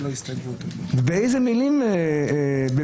מה